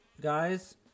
guys